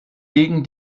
gegen